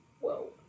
whoa